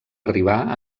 arribar